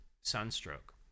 sunstroke